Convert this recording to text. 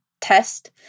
test